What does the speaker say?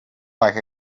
like